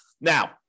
Now